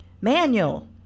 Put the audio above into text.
manual